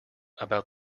about